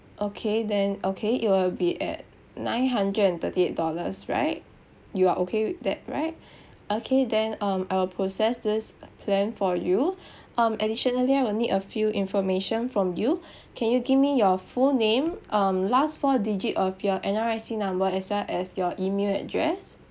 okay then okay it will be at nine hundred and thirty eight dollars right you are okay with that right okay then um I will process this plan for you um additionally I will need a few information from you can you give me your full name um last four digit of your N_R_I_C number as well as your email address